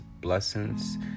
blessings